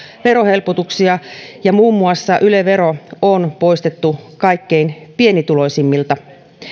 verohelpotuksia ja muun muassa yle vero on poistettu kaikkein pienituloisimmilta